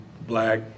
black